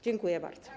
Dziękuję bardzo.